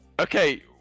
Okay